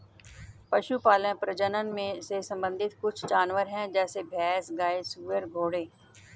पशुपालन प्रजनन से संबंधित कुछ जानवर है जैसे भैंस, गाय, सुअर, घोड़े